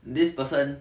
this person